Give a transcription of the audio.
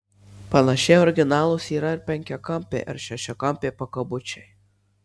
panašiai originalūs yra ir penkiakampiai ar šešiakampiai pakabučiai